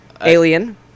Alien